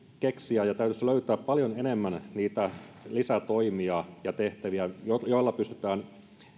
keksiä ja täytyisi löytää paljon enemmän niitä lisätoimia ja tehtäviä joilla pystytään